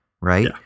right